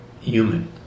human